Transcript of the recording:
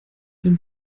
den